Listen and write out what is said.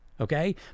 okay